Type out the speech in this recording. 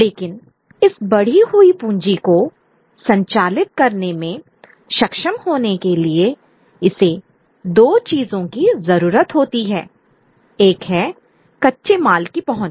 लेकिन इस बढ़ी हुई पूंजी को संचालित करने में सक्षम होने के लिए इसे दो चीजों की जरूरत होती है एक है कच्चे माल की पहुँच